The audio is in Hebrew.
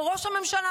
או ראש הממשלה.